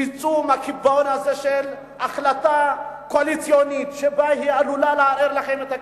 תצאו מהקיבעון הזה של החלטה קואליציונית שעלולה לערער לכם את הכיסאות.